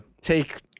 take